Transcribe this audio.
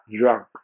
drunk